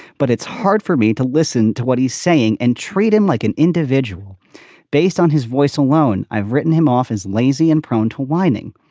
but it's hard for me to listen to what he's saying and treat him like an individual based on his voice alone. i've written him off as lazy and prone to whining.